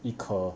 一颗